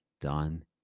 done